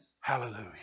Hallelujah